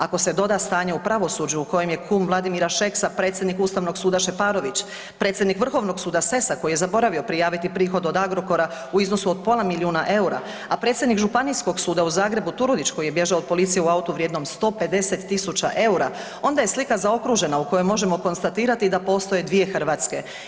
Ako se doda stanje u pravosuđu u kojem je kum Vladimira Šeksa predsjednik ustavnog suda Šeparović, predsjednik vrhovnog suda Sessa koji je zaboravio prijaviti prihod od Agrokora u iznosu od pola milijuna EUR-a, a predsjednik Županijskog suda u Zagrebu Turudić koji je bježao od policije u autu vrijednom 150.000 EUR-a, onda je slika zaokružena u kojoj možemo konstatirati da postoje dvije Hrvatske.